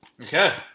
Okay